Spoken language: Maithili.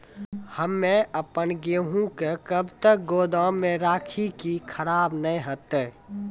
हम्मे आपन गेहूँ के कब तक गोदाम मे राखी कि खराब न हते?